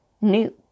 new